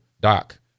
Doc